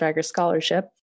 Scholarship